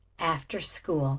after school.